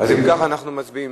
אם כך, אנחנו מצביעים.